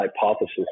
hypothesis